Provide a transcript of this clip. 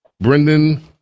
Brendan